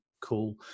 Cool